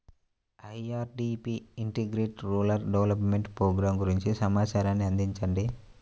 IRDP integrated rural development programme గురించి సమాచారాన్ని అందించండి?